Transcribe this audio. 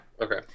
Okay